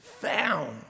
found